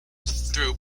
through